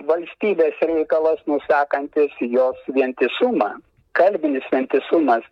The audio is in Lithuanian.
valstybės reikalas nusakantis jos vientisumą kalbinis vientisumas